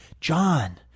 John